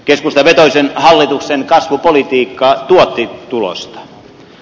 keskustavetoisen hallituksen kasvupolitiikka tuotti tulosta